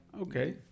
Okay